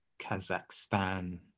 Kazakhstan